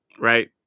right